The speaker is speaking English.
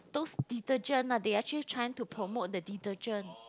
those detergent are they actually trying to promote the detergent